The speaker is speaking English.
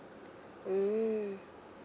hmm